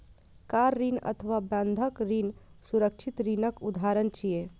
car ऋण अथवा बंधक ऋण सुरक्षित ऋणक उदाहरण छियै